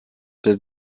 the